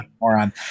moron